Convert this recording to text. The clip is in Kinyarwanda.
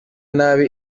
nabi